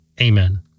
Amen